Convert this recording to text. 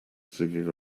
singing